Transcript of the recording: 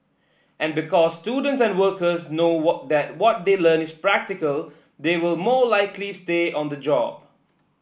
and because students and workers know what that what they learn is practical they will more likely stay on the job